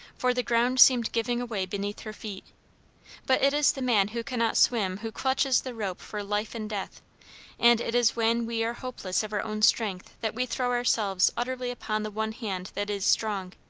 for the ground seemed giving away beneath her feet but it is the man who cannot swim who clutches the rope for life and death and it is when we are hopeless of our own strength that we throw ourselves utterly upon the one hand that is strong.